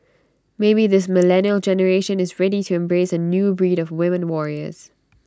maybe this millennial generation is ready to embrace A new breed of women warriors